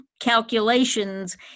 calculations